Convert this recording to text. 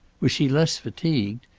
was she less fatigued?